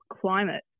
climate